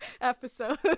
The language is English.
episode